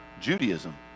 Judaism